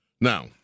Now